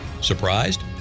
Surprised